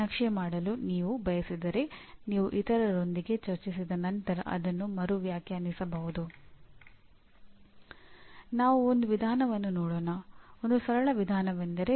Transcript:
ಇದರೊಂದಿಗೆ ನೀವು ಕೆಲವು ಪ್ರಕ್ರಿಯೆಗಳನ್ನು ಹೊಂದಿದ್ದೀರಿ ಮತ್ತು ನಂತರ ನೀವು ಉತ್ಪನ್ನಗಳನ್ನು ಅಳೆಯುತ್ತೀರಿ